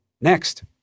Next